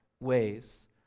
ways